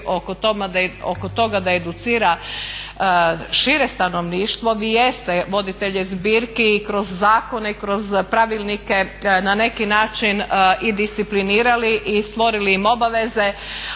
oko toga da educira šire stanovništvo. Vi jeste voditelje zbirki i kroz zakone, kroz pravilnike na neki način i disciplinirali i stvorili im obaveze